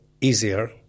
easier